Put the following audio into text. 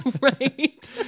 Right